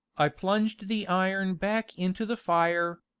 i plunged the iron back into the fire,